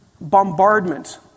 bombardment